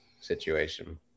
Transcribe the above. situation